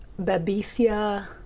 Babesia